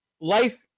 life